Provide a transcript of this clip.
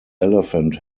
elephant